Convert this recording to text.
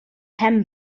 pen